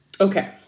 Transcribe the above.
Okay